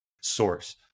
source